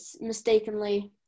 mistakenly